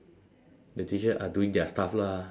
the teacher are doing their stuff lah